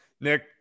Nick